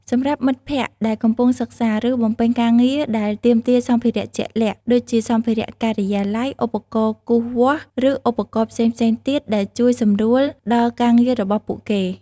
សម្រាប់មិត្តភក្តិដែលកំពុងសិក្សា ឬបំពេញការងារដែលទាមទារសម្ភារៈជាក់លាក់ ដូចជាសម្ភារៈការិយាល័យ ឧបករណ៍គូសវាស់ ឬឧបករណ៍ផ្សេងៗទៀតដែលជួយសម្រួលដល់ការងាររបស់ពួកគេ។